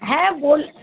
হ্যাঁ বল